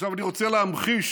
עכשיו, אני רוצה להמחיש,